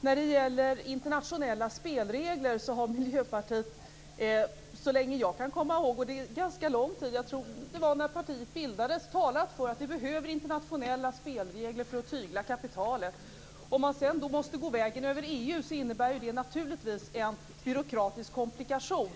När det gäller internationella spelregler har Miljöpartiet så länge jag kan komma i håg - och det är ganska lång tid, jag tror det är sedan partiet bildades - talat för att vi behöver internationella spelregler för att tygla kapitalet. Om man sedan måste gå vägen över EU innebär det naturligtvis en byråkratisk komplikation.